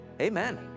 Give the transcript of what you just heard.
Amen